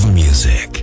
music